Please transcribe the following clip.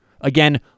Again